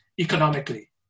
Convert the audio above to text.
economically